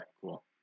cool